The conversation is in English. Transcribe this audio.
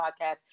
podcast